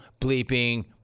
bleeping